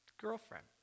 girlfriend